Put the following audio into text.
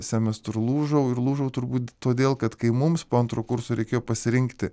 semestru lūžau ir lūžau turbūt todėl kad kai mums po antro kurso reikėjo pasirinkti